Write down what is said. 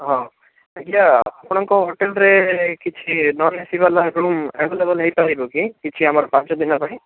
ହଁ ଆଜ୍ଞା ଆପଣଙ୍କ ହୋଟେଲରେ କିଛି ନନ୍ ଏ ସି ବାଲା ରୁମ୍ ଆଭେଲେବୁଲ୍ ହେଇପାରିବ କି କିଛି ଆମର ପାଞ୍ଚ ଦିନ ପାଇଁ